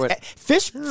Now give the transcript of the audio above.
Fish